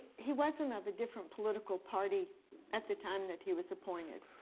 he wasn't of a different political party at the time that he was appointed.